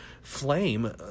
flame